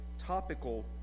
topical